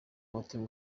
umutima